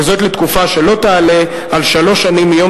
וזאת לתקופה שלא תעלה על שלוש שנים מיום